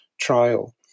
trial